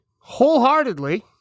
wholeheartedly